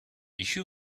issue